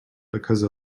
because